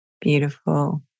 Beautiful